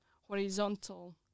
horizontal